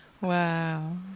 Wow